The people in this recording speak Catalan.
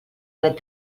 dret